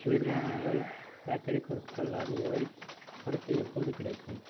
குளிர்பானங்கள் பேக்கரி பொருட்கள் ஆகியவை அடுத்து எப்போது கிடைக்கும்